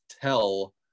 tell